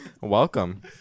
welcome